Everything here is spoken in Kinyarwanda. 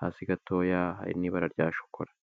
Hasi gatoya hari n'ibara rya shokora.